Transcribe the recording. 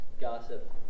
gossip